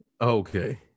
Okay